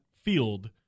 field